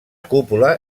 cúpula